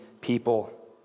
people